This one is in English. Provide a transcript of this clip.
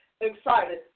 excited